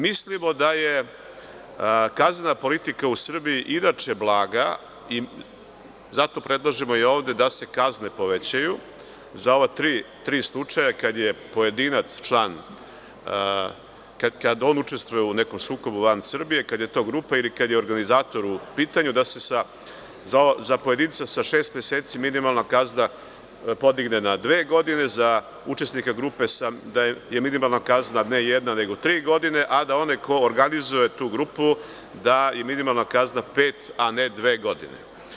Mislimo da je kaznena politika u Srbiji inače blaga i zato predlažemo i ovde da se kazne povećaju za ova tri slučaja kada je pojedinac član, kada on učestvuje u nekom sukobu van Srbije, kada je to grupa ili kada je organizator u pitanju, da se za pojedinca sa šest meseci minimalna kazna podigne na dve godine, za učesnika grupe da je minimalna kazna ne jedna nego tri godine, a da onaj ko organizuje tu grupu da je minimalna kazna pet, a ne dve godine.